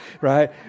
right